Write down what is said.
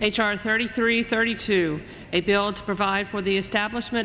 h r thirty three thirty two a bill to provide for the establishment